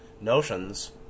notions